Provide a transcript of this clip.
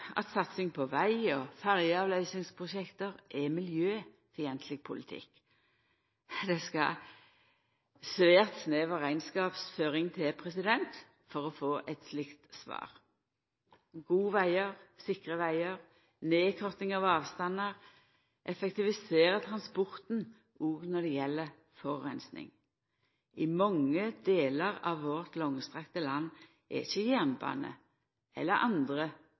få eit slikt svar. Gode vegar, sikre vegar og nedkorting av avstandar effektiviserer transporten òg når det gjeld forureining. I mange delar av vårt langstrakte land er ikkje jernbane eller andre